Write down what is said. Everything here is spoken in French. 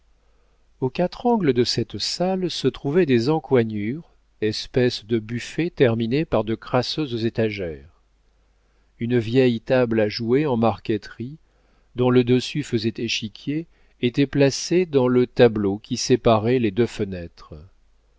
aux quatre angles de cette salle se trouvaient des encoignures espèces de buffets terminés par de crasseuses étagères une vieille table à jouer en marqueterie dont le dessus faisait échiquier était placée dans le tableau qui séparait les deux fenêtres